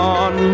on